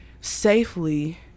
safely